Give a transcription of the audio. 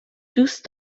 دوست